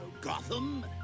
Gotham